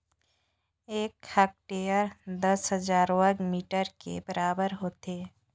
एक हेक्टेयर दस हजार वर्ग मीटर के बराबर होथे